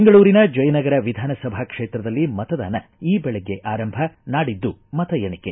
ಬೆಂಗಳೂರಿನ ಜಯನಗರ ವಿಧಾನಸಭಾ ಕ್ಷೇತ್ರದಲ್ಲಿ ಮತದಾನ ಈ ಬೆಳಗ್ಗೆ ಆರಂಭ ನಾಡಿದ್ದು ಮತ ಎಣಿಕೆ